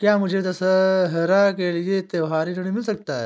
क्या मुझे दशहरा के लिए त्योहारी ऋण मिल सकता है?